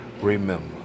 Remember